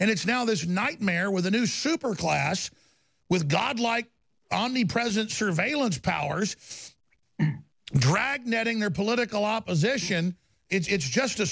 and it's now this nightmare with a new super class with god like on the president surveillance powers dragnet in their political opposition it's just a